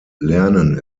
lernen